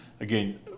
again